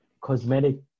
cosmetic